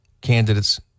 candidates